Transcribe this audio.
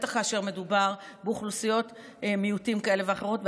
בטח כאשר מדובר באוכלוסיות מיעוטים כאלה ואחרות.